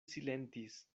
silentis